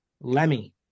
Lemmy